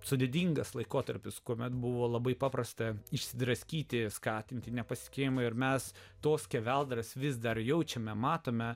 sudėtingas laikotarpis kuomet buvo labai paprasta išsidraskyti skatinti nepasitikėjimą ir mes to skeveldras vis dar jaučiame matome